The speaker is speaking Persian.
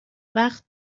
وقت